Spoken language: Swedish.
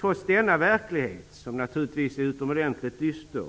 Trots denna verklighet, som naturligtvis är utomordentligt dyster,